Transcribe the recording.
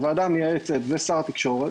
הוועדה המייעצת ושר התקשורת